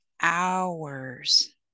hours